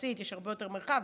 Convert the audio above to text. יחסית יש הרבה יותר מרחב,